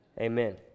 Amen